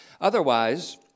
Otherwise